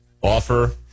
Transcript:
offer